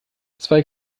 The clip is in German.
zwei